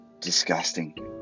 disgusting